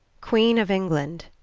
queen of england.